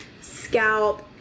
scalp